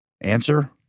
Answer